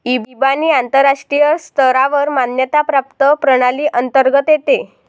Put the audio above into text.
इबानी आंतरराष्ट्रीय स्तरावर मान्यता प्राप्त प्रणाली अंतर्गत येते